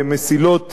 במסילות